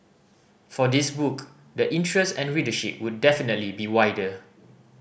for this book the interest and readership would definitely be wider